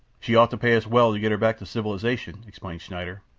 she ought to pay us well to get her back to civilization, explained schneider,